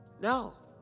No